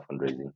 fundraising